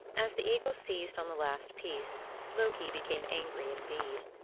as the eagle seized on the last piece loki became angry indeed.